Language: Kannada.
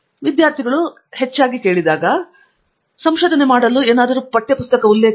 ಫಣಿಕುಮಾರ್ ಹೌದು ವಿದ್ಯಾರ್ಥಿಗಳು ಹೆಚ್ಚಾಗಿ ಕೇಳಿದಾಗ ನನ್ನ ಸಂಶೋಧನೆ ಮಾಡಲು ನಾನು ಉಲ್ಲೇಖಿಸಬಹುದಾದ ಯಾವುದೇ ಪಠ್ಯ ಪುಸ್ತಕವಿಲ್ಲ